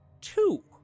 Two